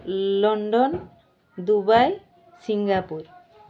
London Dubai Singapore